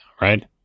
right